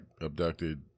abducted